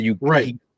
Right